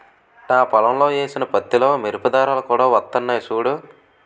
నా పొలంలో ఏసిన పత్తిలో మెరుపు దారాలు కూడా వొత్తన్నయ్ సూడూ